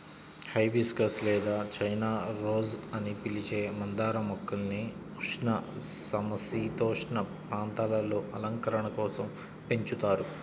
hibiscus లేదా China rose అని పిలిచే మందార మొక్కల్ని ఉష్ణ, సమసీతోష్ణ ప్రాంతాలలో అలంకరణ కోసం పెంచుతారు